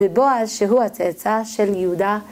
ובועז, שהוא הצאצא של יהודה.